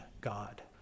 God